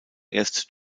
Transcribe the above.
erst